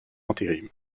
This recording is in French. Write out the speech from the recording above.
intérim